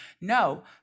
No